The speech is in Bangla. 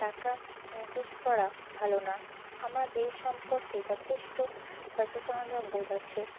টাকা ইনভেস্ট করা ভালো না আমার এই সম্পর্কে যথেষ্ট সচেতনতা বোধ আছে